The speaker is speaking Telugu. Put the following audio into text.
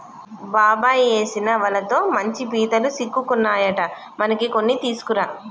బాబాయ్ ఏసిన వలతో మంచి పీతలు సిక్కుకున్నాయట మనకి కొన్ని తీసుకురా